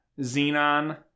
xenon